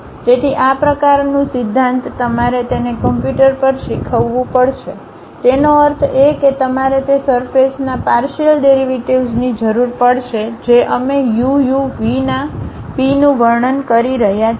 તેથી આ પ્રકારનું સિદ્ધાંત તમારે તેને કમ્પ્યુટર પર શીખવવું પડશે તેનો અર્થ એ કે તમારે તે સરફેસ ના પારસીઅલ ડેરિવેટિવ્ઝની જરૂર પડશે જે અમે uuv ના pનું વર્ણન કરી રહ્યા છીએ